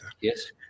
Yes